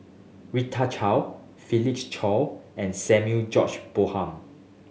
Rita Chao Felix Cheo and Samuel George Bonham